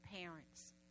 parents